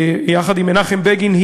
יחד עם מנחם בגין,